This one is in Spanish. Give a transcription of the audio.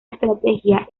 estrategia